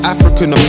African